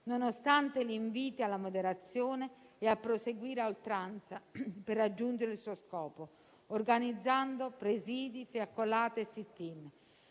nonostante gli inviti alla moderazione e a proseguire a oltranza per raggiungere il suo scopo, organizzando presidi, fiaccolate e *sit-in*.